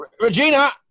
Regina